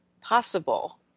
possible